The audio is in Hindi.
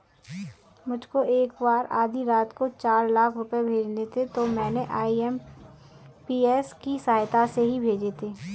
मुझको एक बार आधी रात को चार लाख रुपए भेजने थे तो मैंने आई.एम.पी.एस की सहायता से ही भेजे थे